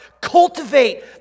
Cultivate